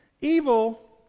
evil